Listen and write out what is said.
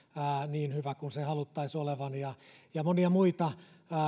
niin hyvä kuin sen haluttaisiin olevan ja ja monia muita